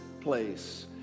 place